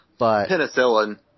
Penicillin